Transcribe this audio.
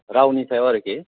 रावनि सायाव आरोखि